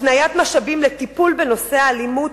הפניית משאבים לטיפול בנושא האלימות